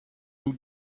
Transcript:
who